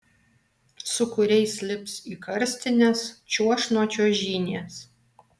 su kuriais lips į karstines čiuoš nuo čiuožynės